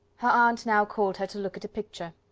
her aunt now called her to look at a picture.